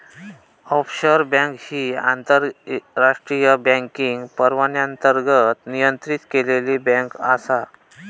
offshore bank ही आंतरराष्ट्रीय banking परवान्याअंतर्गत नियंत्रित केलेली बँक आसा